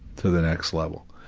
to the next level.